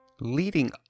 Leading